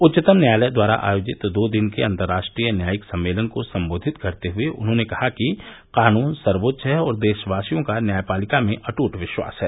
उच्चतम न्यायालय द्वारा आयोजित दो दिन के अंतर्राष्ट्रीय न्यायिक सम्मेलन को संबोधित करते हुए उन्होंने कहा कि कानून सर्वोच्च है और देशवासियों का न्यायपालिका में अटूट विश्वास है